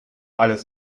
alles